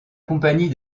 compagnie